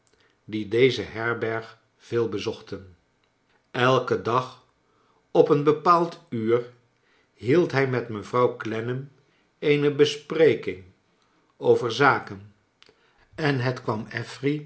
die deze herberg veel bezochten elken dag op een bepaald uur hield hij met mevrouw clennam eene bespreking over zaken en het kwam